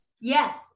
Yes